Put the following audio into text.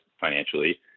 financially